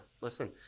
listen